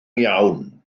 iawn